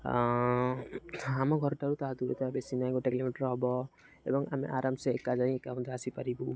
ଆମ ଘରଠାରୁ ତା ଦୂରତା ବେଶୀ ନାହିଁ ଗୋଟେ କିଲୋମିଟର୍ ହେବ ଏବଂ ଆମେ ଆରାମସେ ଏକା ଯାଇ ଏକା ମଧ୍ୟ ଆସିପାରିବୁ